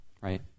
right